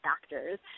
factors